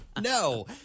No